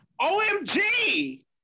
OMG